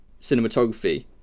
cinematography